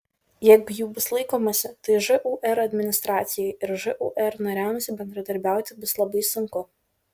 jeigu jų bus laikomasi tai žūr administracijai ir žūr nariams bendradarbiauti bus labai sunku